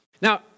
Now